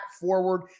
forward